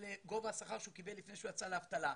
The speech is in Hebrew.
ולגובה השכר שהוא קיבל לפני שהוא יצא לאבטלה,